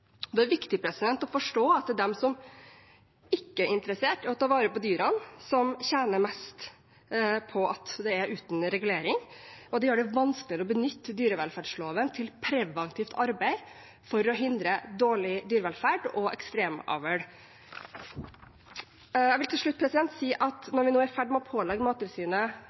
Det er viktig å forstå at det er de som ikke er interessert i å ta vare på dyrene, som tjener mest på at det er uten regulering, og det gjør det vanskeligere å benytte dyrevelferdsloven til preventivt arbeid for å hindre dårlig dyrevelferd og ekstremavl. Jeg vil til slutt si at når vi nå er i ferd med å pålegge Mattilsynet